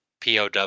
POW